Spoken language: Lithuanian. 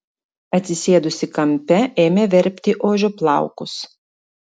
atsisėdusi kampe ėmė verpti ožio plaukus